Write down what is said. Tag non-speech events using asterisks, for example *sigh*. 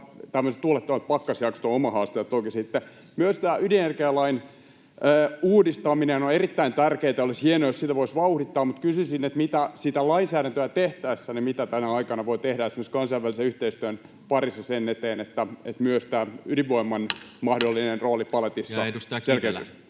Tuulettomat pakkasjaksot ovat oma haasteensa. Myös ydinenergialain uudistaminen on erittäin tärkeätä, ja olisi hienoa, jos sitä voisi vauhdittaa. Mutta kysyisin, mitä lainsäädäntöä tehtäessä voi tehdä esimerkiksi kansainvälisen yhteistyön parissa sen eteen, että myös ydinvoiman *noise* mahdollinen rooli paletissa selkeytyisi.